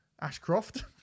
Ashcroft